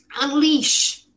Unleash